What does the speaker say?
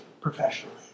professionally